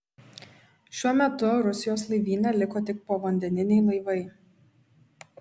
šiuo metu rusijos laivyne liko tik povandeniniai laivai